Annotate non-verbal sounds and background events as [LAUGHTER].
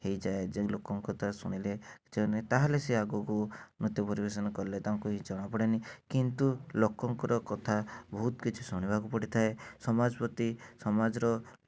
ହେଇଯାଏ ଯେ ଲୋକଙ୍କ କଥା ଶୁଣିଲେ [UNINTELLIGIBLE] ତାହେଲେ ସେ ଆଗକୁ ନୃତ୍ୟ ପରିବେଶଣ କଲେ ତାଙ୍କୁ ହିଁ ଜଣାପଡ଼େନି କିନ୍ତୁ ଲୋକଙ୍କର କଥା ବହୁତ କିଛି ଶୁଣିବାକୁ ପଡ଼ିଥାଏ ସମାଜ ପ୍ରତି ସମାଜର